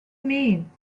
mean